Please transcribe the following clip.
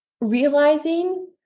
realizing